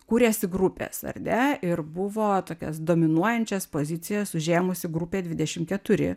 kūrėsi grupės ar ne ir buvo tokias dominuojančias pozicijas užėmusi grupė dvidešim keturi